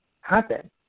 happen